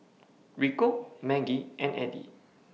Rico Maggie and Addie